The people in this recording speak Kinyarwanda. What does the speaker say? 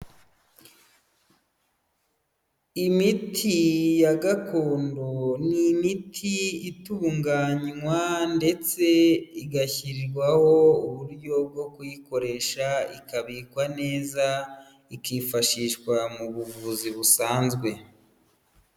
Imiti ya gakondo ni imiti itunganywa ndetse igashyirwaho uburyo bwo kuyikoresha, ikabikwa neza, ikifashishwa mu buvuzi busanzwe.